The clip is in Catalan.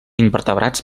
invertebrats